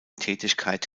tätigkeit